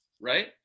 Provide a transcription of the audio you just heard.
Right